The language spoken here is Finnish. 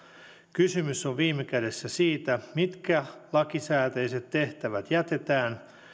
kysymys on viime kädessä siitä mitkä lakisääteiset tehtävät jätetään